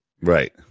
Right